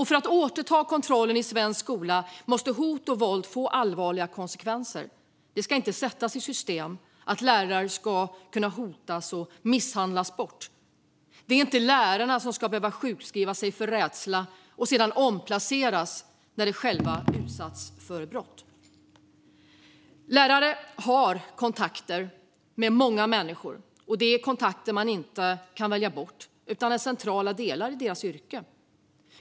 För att vi ska återta kontrollen i svensk skola måste hot och våld få allvarliga konsekvenser. Det ska inte sättas i system att lärare kan hotas och misshandlas bort. Det är inte lärarna som ska behöva sjukskriva sig för rädsla och sedan omplaceras när de själva har utsatts för brott. Lärare har kontakter med många människor. Detta är kontakter som de inte kan välja bort, utan de är centrala delar i lärarnas yrke.